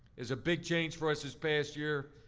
as a big change for us this past year,